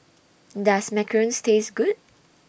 Does Macarons Taste Good